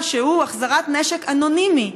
המבצע, שהוא החזרת נשק אנונימית?